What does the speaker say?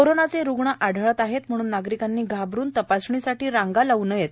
कोरोनाचे रुग्ण आढळत आहेत म्हणून नागरिकांनी घाबरुन तपासणीसाठी रांगा लावू नये